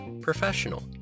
professional